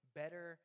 better